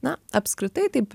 na apskritai taip